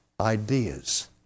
ideas